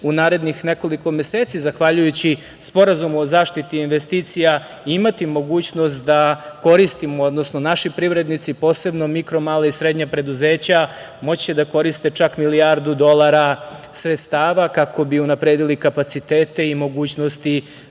u narednih nekoliko meseci, zahvaljujući Sporazumu o zaštiti investicija, imati mogućnost da koristimo, odnosno naši privrednici, posebno mikro, mala i srednja preduzeća, moći da koriste čak milijardu dolara sredstava kako bi unapredili kapacitete i mogućnosti